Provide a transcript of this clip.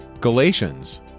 Galatians